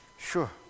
Sure